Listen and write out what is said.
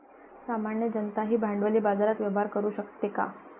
सामान्य जनताही भांडवली बाजारात व्यवहार करू शकते का?